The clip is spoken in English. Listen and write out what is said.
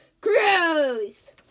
cruise